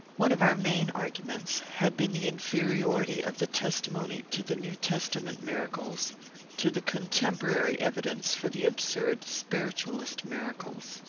one of our main arguments had been the inferiority of the testimony to the new testament miracles to the contemporary evidence for the absurd spiritualist miracles.